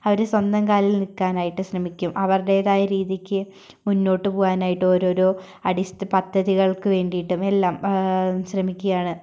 അവർ സ്വന്തം കാലിൽ നിൽക്കാനായിട്ട് ശ്രമിക്കും അവരുടേതായ രീതിയ്ക്ക് മുന്നോട്ട് പോവാനായിട്ട് ഓരോരോ പദ്ധതികൾക്ക് വേണ്ടിയിട്ടും എല്ലാം ശ്രമിക്കുകയാണ്